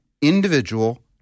individual